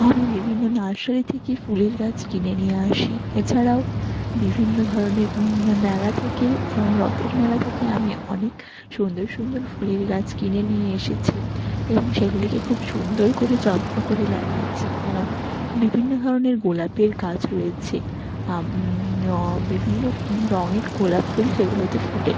আমি বিভিন্ন নার্সারি থেকে ফুলের গাছ কিনে নিয়ে আসি এছাড়াও বিভিন্ন ধরনের মেলা থেকে যেমন রথের মেলা থেকে আমি অনেক সুন্দর সুন্দর ফুলের গাছ কিনে নিয়ে এসেছি এবং সেগুলিকে খুব সুন্দর করে যত্ন করে লাগিয়েছি আমার বিভিন্ন ধরনের গোলাপের গাছ রয়েছে বিভিন্ন রঙের গোলাপ ফুল সেগুলোতে ফোটে